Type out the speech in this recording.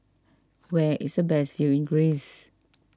where is the best view in Greece